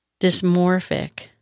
dysmorphic